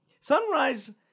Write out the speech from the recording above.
Sunrise